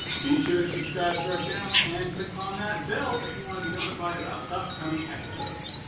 be sure to subscribe to our channel and click on that bell if you want to be notified about upcoming episodes.